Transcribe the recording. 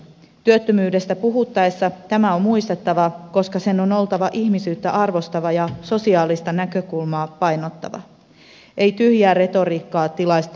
työttömyydestä puhuttaessa tämä on muistettava koska puheen on oltava ihmisyyttä arvostavaa ja sosiaalista näkökulmaa painottavaa ei tyhjää retoriikkaa tilastoluvuilla